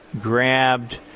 grabbed